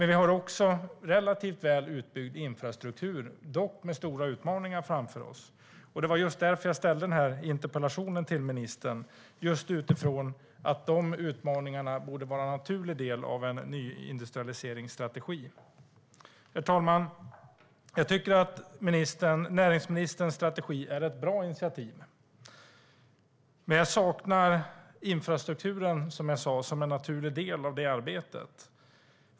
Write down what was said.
Vi har också relativt väl utbyggd infrastruktur, dock med stora utmaningar framför sig. Jag ställde min interpellation till ministern för att jag menar att dessa utmaningar borde vara en naturlig del av en nyindustrialiseringsstrategi. Herr talman! Jag tycker att näringsministerns strategi är ett bra initiativ. Men jag saknar som sagt infrastrukturen som en naturlig del av detta arbete.